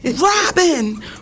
Robin